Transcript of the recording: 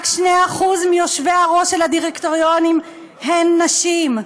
רק 2% מיושבי-הראש של הדירקטוריונים הם נשים,